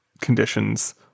conditions